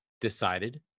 decided